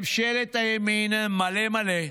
עם ממשלת הימין מלא מלא,